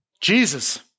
Jesus